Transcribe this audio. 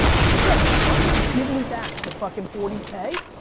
sure, why don't you give me back the fucking forty k,